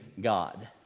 God